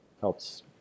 helps